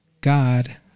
God